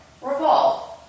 revolve